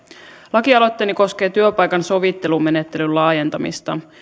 lakialoitteeni koskee työpaikan sovittelumenettelyn laajentamista